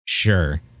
Sure